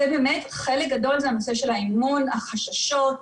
שחלק גדול זה בנושא של האמון, החששות,